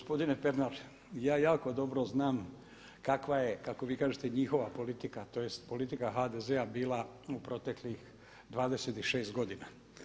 Gospodine Pernar, ja jako dobro znam kakva je kako vi kažete njihova politika tj. politika HDZ-a bila u proteklih 26 godina.